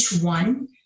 one